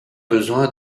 besoin